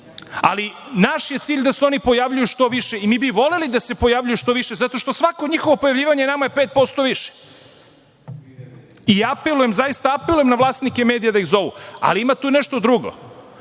naš je cilj da se oni pojavljuju što više i mi bi voleli da se pojavljuju što više, zato što svako njihovo pojavljivanje nama je 5% više. Apelujem, zaista apelujem na vlasnike medija da ih zovu. Ali, ima tu nešto drugo.